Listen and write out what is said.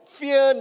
fear